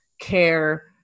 care